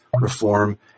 Reform